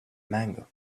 mango